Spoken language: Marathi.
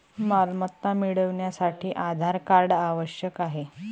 मालमत्ता मिळवण्यासाठी आधार कार्ड आवश्यक आहे